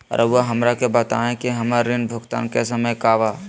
रहुआ हमरा के बताइं कि हमरा ऋण भुगतान के समय का बा?